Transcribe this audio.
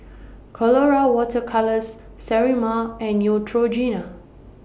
Colora Water Colours Sterimar and Neutrogena